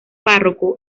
párroco